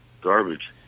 garbage